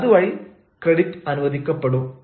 അത് വഴി ക്രെഡിറ്റ് അനുവദിക്കപ്പെടും